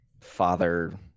father